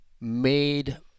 made